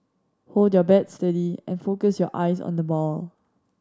hold your bat steady and focus your eyes on the ball